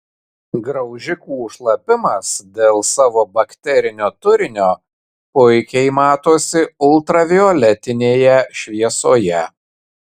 graužikų šlapimas dėl savo bakterinio turinio puikiai matosi ultravioletinėje šviesoje